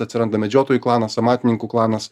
atsiranda medžiotojų klanas amatininkų klanas